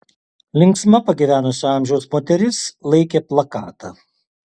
linksma pagyvenusio amžiaus moteris laikė plakatą